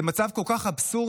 זה מצב כל כך אבסורדי,